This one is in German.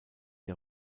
der